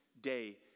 day